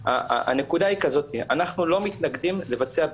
הנקודה היא כזאת, אנחנו לא מתנגדים לבצע בדיקה,